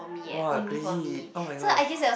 !wah! crazy oh-my-gosh